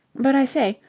but, i say,